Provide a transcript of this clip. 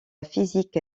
physique